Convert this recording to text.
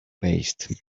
paste